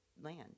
land